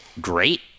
great